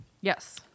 Yes